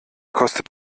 kostet